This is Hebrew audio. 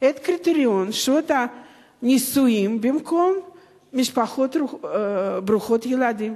את קריטריון הנישואים במקום משפחות ברוכות ילדים.